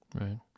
right